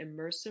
immersive